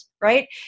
right